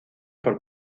por